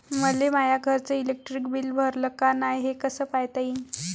मले माया घरचं इलेक्ट्रिक बिल भरलं का नाय, हे कस पायता येईन?